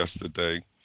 yesterday